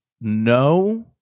no